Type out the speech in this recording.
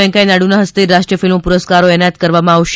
વેંકૈયા નાયડુના હસ્તે રાષ્ટ્રીય ફિલ્મ પુરસ્કારો એનાયત કરવામાં આવશે